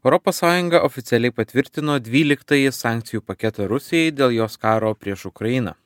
europos sąjunga oficialiai patvirtino dvyliktąjį sankcijų paketą rusijai dėl jos karo prieš ukrainą